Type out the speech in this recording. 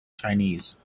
chinese